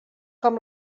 com